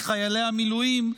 מחיילי המילואים,